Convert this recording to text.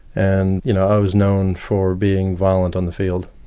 and you know i was known for being violent on the field,